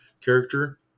character